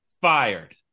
fired